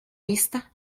vista